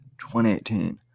2018